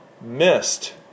missed